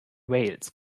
wales